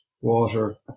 water